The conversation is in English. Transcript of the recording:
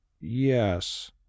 Yes